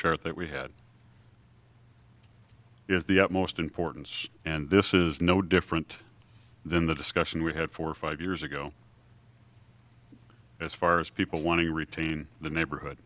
chart that we had is the utmost importance and this is no different than the discussion we had four or five years ago as far as people want to retain the neighborhood